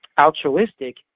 altruistic